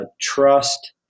trust